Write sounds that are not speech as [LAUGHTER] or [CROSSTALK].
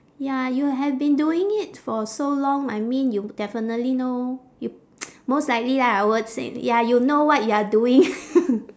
ya you have been doing it for so long I mean you definitely know you [NOISE] most likely lah I would say ya you know what you are doing [LAUGHS]